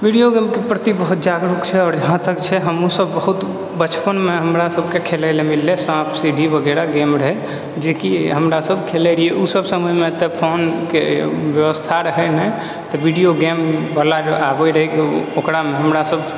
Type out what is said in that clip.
video गेमके प्रति बहुत जागरूक छै आओर जहाँ तक छै हमहूँ सब बहुत बचपनमे हमरा सबके खेलैलए साँप सीढी वगैरह गेम रहै जे कि हमरा सब खेलै रहिए ओ सब समयमे तऽ फोन के व्यवस्था रहै नहि तऽ वीडिओ गेम गेमवला जे आबै रहै तऽ ओकरामे हमरा सब